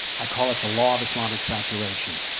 i call it the law of islamic saturation.